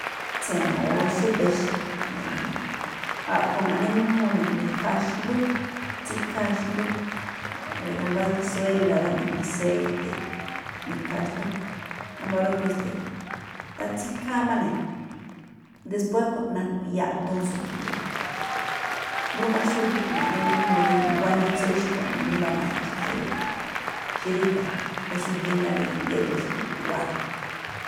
Tse̱no̱ o xúba̱ exe̱ me̱ꞌno ne̱. A̱ꞌkhue̱n ma̱ꞌne mújúun ne̱ mi̱khaa xndú, tsikháa xndú ma̱ri̱gu mbá kasuéla̱ ma̱jno̱ aseite̱, mi̱khaa xndú, wámba̱ rúꞌkhue̱n esteeꞌ tatsikháa máꞌ ne̱, después rúꞌkhue̱n najno̱ꞌ yaꞌduun tsu̱du̱u̱ ne̱. Mbrúma xúge̱ꞌ ma̱ꞌne mújúun guanitsu rí xkuaꞌnii mbá nacha̱ jayuꞌ xí ríga̱ mbá xúgíí ná rí geꞌdoo xa̱bo̱ guꞌwáá.